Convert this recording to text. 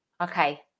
okay